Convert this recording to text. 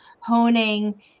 honing